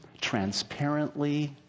transparently